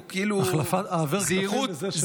העבר קלפים לזה שלידך.